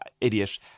idiot